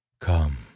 Come